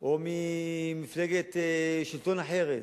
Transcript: או ממפלגת שלטון אחרת,